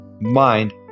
mind